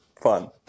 Fun